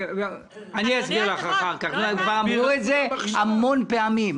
אני אסביר לך אחר כך, כבר אמרו את זה המון פעמים.